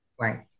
Right